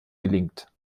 gelingt